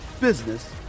business